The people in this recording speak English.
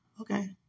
Okay